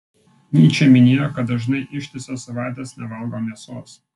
nyčė minėjo kad dažnai ištisas savaites nevalgo mėsos